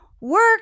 work